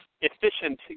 efficient